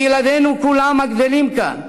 כי ילדינו כולנו הגדלים כאן,